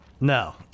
No